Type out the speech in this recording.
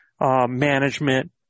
management